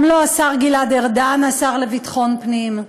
גם לא השר גלעד ארדן, השר לביטחון פנים,